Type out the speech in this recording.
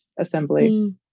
assembly